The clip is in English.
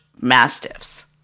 mastiffs